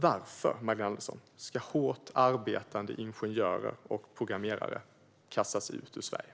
Varför, Magdalena Andersson, ska hårt arbetande ingenjörer och programmerare kastas ut ur Sverige?